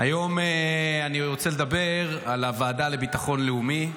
היום אני רוצה לדבר על הוועדה לביטחון לאומי.